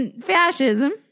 fascism